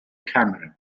camera